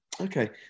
Okay